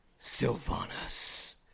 Sylvanas